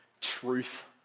truth